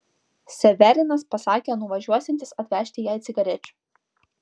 severinas pasakė nuvažiuosiantis atvežti jai cigarečių